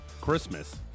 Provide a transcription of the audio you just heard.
Christmas